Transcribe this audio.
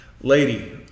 Lady